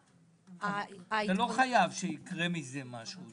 לא חייב שיקרה מזה משהו.